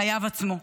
חייו עצמו.